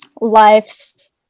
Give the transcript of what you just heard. life's